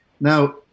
Now